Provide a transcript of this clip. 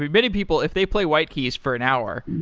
many people, if they play white keys for an hour,